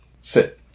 Sit